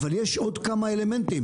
אבל יש עוד כמה אלמנטים.